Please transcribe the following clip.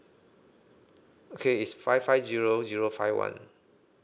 okay is five five zero zero five one